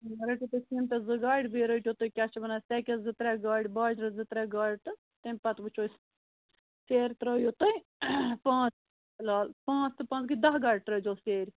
یا رٔٹِو تُہۍ سیٖمٹَس زٕ گاڑِ بیٚیہِ رٔٹِو تُہۍ کیٛاہ چھِ وَنان سیٚکٮ۪س زٕ ترٛےٚ گاڑِ باجرَس زٕ ترٛےٚ گاڑِ تہٕ تَمہِ پَتہٕ وُچھو أسۍ سیرِ ترٛٲوِو تُہۍ پانٛژھ فِلحال پانٛژھ تہٕ پانٛژھ گٔے دَہ گاڑِ ترٛٲوۍزیٚو سیرِ